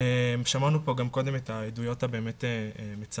שמענו פה גם קודם את העדויות, באמת המצמררות